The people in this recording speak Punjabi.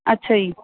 ਅੱਛਾ ਜੀ